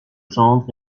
gendre